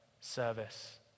service